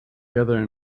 gather